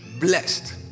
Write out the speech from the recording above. blessed